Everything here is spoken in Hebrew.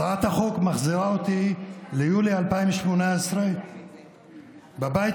הצעת החוק מחזירה אותי ליולי 2018. בבית